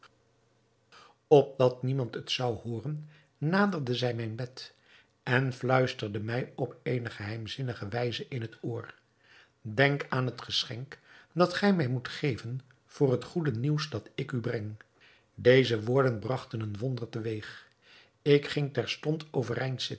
opdat niemand het zou hooren naderde zij mijn bed en fluisterde mij op eene geheimzinnige wijze in het oor denk aan het geschenk dat gij mij moet geven voor het goede nieuws dat ik u breng deze woorden bragten een wonder te weeg ik ging terstond overeind